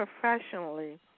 professionally